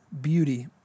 beauty